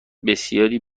بسیاری